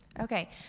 Okay